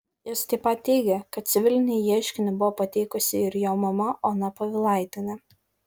jis taip pat teigė kad civilinį ieškinį buvo pateikusi ir jo mama ona povilaitienė